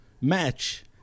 match